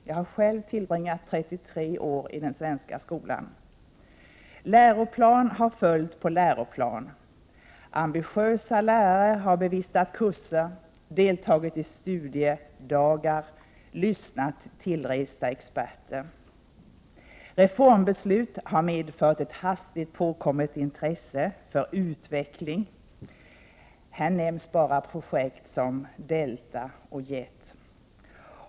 Jag har själv tillbringat 33 år i den svenska skolan. Läroplan har följt på läroplan, ambitiösa lärare har bevistat kurser, deltagit i studiedagar och lyssnat på tillresta experter. Reformbeslut har medfört ett hastigt påkommet intresse för utveckling. Här nämns bara projekt som Delta och Jet.